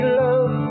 love